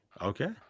Okay